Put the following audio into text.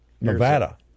Nevada